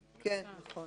נכון.